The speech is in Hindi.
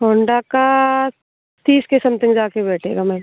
होंडा का तीस के समथिंग जाके बैठेगा मैम